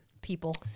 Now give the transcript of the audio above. people